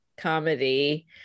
comedy